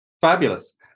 Fabulous